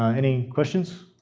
um any questions?